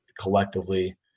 collectively